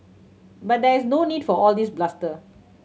but there is no need for all this bluster